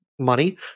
money